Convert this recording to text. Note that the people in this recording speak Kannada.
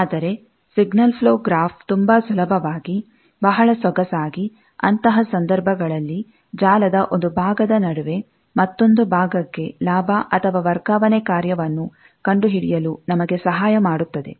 ಆದರೆ ಸಿಗ್ನಲ್ ಪ್ಲೋ ಗ್ರಾಫ್ ತುಂಬಾ ಸುಲಭವಾಗಿ ಬಹಳ ಸೊಗಸಾಗಿ ಅಂತಹ ಸಂದರ್ಭಗಳಲ್ಲಿ ಜಾಲದ ಒಂದು ಭಾಗದ ನಡುವೆ ಮತ್ತೊಂದು ಭಾಗಕ್ಕೆ ಲಾಭ ಅಥವಾ ವರ್ಗಾವಣೆ ಕಾರ್ಯವನ್ನು ಕಂಡುಹಿಡಿಯಲು ನಮಗೆ ಸಹಾಯ ಮಾಡುತ್ತದೆ